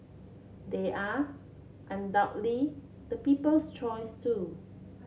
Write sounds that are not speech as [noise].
they are [unintelligible] the people's choice too